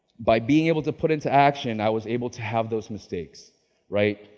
by being able to put into action, i was able to have those mistakes right.